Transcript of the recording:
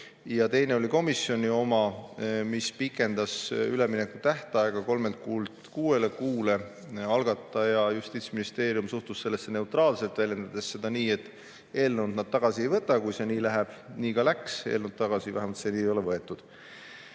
Teine oli komisjoni oma, see pikendas ülemineku tähtaega kolmelt kuult kuuele kuule. Algataja, Justiitsministeerium suhtus sellesse neutraalselt, väljendades seda nii, et eelnõu nad tagasi ei võta, kui see nii läheb. Nii ka läks, eelnõu vähemalt seni tagasi ei ole võetud.